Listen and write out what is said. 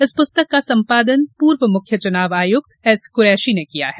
इस पुस्तक का संपादन पूर्व मुख्य चुनाव आयुक्त एस कुरैशी ने किया है